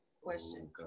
question